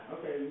Okay